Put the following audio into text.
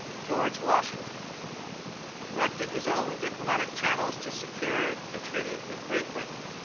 george washington directed his own diplomatic channels to secure a treaty with great britain.